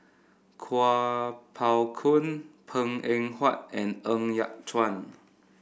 Kuo Pao Kun Png Eng Huat and Ng Yat Chuan